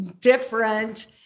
different